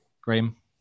Graham